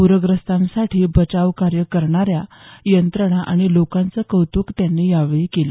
पूरग्रस्तांसाठी बचाव कार्य करणाऱ्या यंत्रणा आणि लोकांचं कौत्क त्यांनी यावेळी केलं